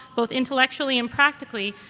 both intellectually and practically,